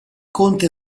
conte